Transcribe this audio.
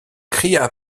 cria